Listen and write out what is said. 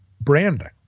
branding